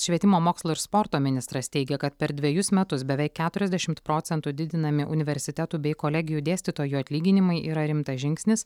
švietimo mokslo ir sporto ministras teigia kad per dvejus metus beveik keturiasdešimt procentų didinami universitetų bei kolegijų dėstytojų atlyginimai yra rimtas žingsnis